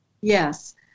yes